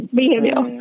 behavior